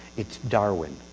it's darwin.